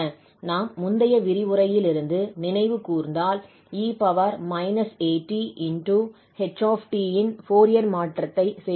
நாம் முந்தைய விரிவுரையிலிருந்து நினைவுகூர்ந்தால் 𝑒−𝑎𝑡𝐻𝑡 இன் ஃபோரியர் மாற்றத்தை செய்துள்ளோம்